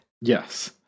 Yes